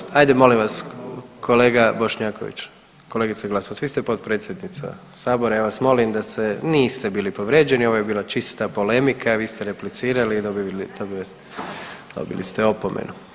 Molim vas, ajde molim vas kolega Bošnjaković, kolegice Glasovac vi ste potpredsjednica sabora i ja vas molim da se, niste bili povrijeđeni ovo je bila čista polemika i vi ste replicirali i dobili ste opomenu.